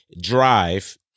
drive